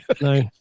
No